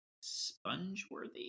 sponge-worthy